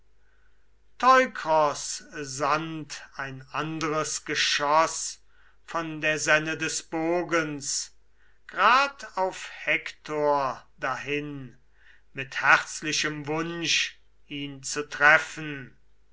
ein andres geschoß von der senne des bogens grad auf hektor dahin mit herzlichem wunsch ihn zu treffen